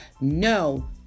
no